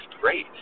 great